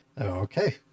Okay